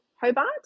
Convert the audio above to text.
Hobart